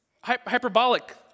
hyperbolic